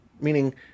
Meaning